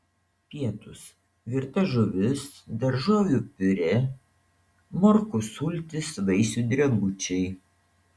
pietūs virta žuvis daržovių piurė morkų sultys vaisių drebučiai